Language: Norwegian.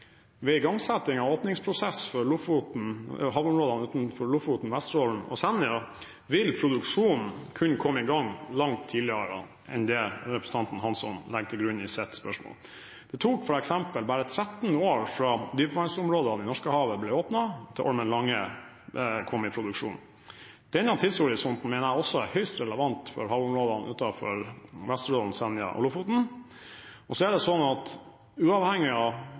Ved igangsetting av åpningsprosess for havområdene utenfor Lofoten, Vesterålen og Senja vil produksjonen kunne komme i gang langt tidligere enn det representanten Hansson legger til grunn i sitt spørsmål. Det tok f.eks. bare 13 år fra dypvannsområdene i Norskehavet ble åpnet, til Ormen Lange kom i produksjon. Denne tidshorisonten mener jeg er høyst relevant også for havområdene utenfor Vesterålen, Senja og Lofoten. Så er det sånn at uavhengig av